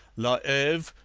la heve,